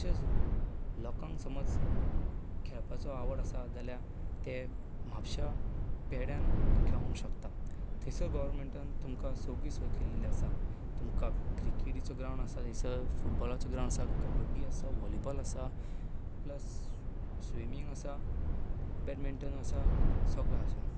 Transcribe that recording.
तशेंच लोकांक समज खेळपाचो आवड आसा जाल्यार ते म्हापश्या खेड्यांत खेळपाक शकतात थंयसर गोवर्मेंटान तुमकां सगळी सोय केल्ली आसा तुमकां क्रिकेटिचो ग्रावंड आसा थंयसर फुटबॉलाचो ग्रावंड आसा कबड्डी आसा वॉलीबॉल आसा प्लस स्विमींग आसा बॅडमिंटन आसा सगळें आसा